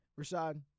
Rashad